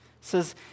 says